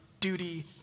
duty